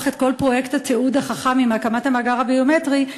את כל פרויקט התיעוד החכם עם הקמת המאגר הביומטרי,